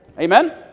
Amen